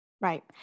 Right